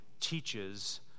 teaches